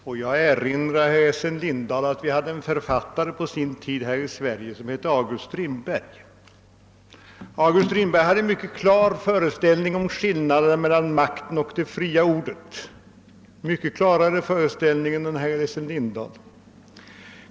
Herr talman! Får jag erinra herr Essen Lindahl om att vi på sin tid hade en författare här i Sverige som hette August Strindberg. Han hade en mycket klar föreställning om skillnaden mellan makten och det fria ordet — en mycket klarare föreställning än herr Essen Lindahl har.